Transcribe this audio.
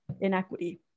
inequity